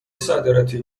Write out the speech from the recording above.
صادراتی